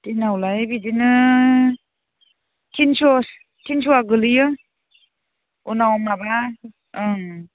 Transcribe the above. दिनावलाय बिदिनो तिनस' तिनस'आ गोग्लैयो उनाव माबा ओं